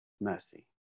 mercy